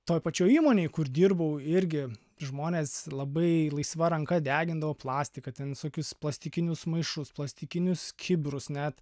toj pačioj įmonėj kur dirbau irgi žmonės labai laisva ranka degindavo plastiką ten visokius plastikinius maišus plastikinius kibirus net